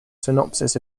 synopsis